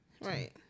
right